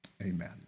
amen